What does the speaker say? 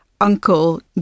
uncle